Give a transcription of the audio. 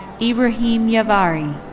ebrahim yavari.